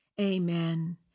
Amen